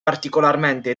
particolarmente